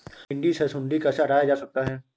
भिंडी से सुंडी कैसे हटाया जा सकता है?